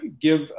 give